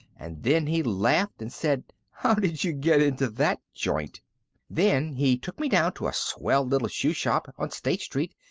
and then he laughed and said how did you get into that joint then he took me down to a swell little shoe shop on state street,